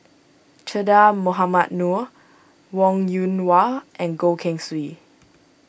Che Dah Mohamed Noor Wong Yoon Wah and Goh Keng Swee